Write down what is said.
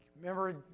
Remember